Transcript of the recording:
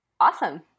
Awesome